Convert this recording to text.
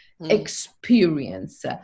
experience